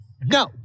no